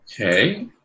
Okay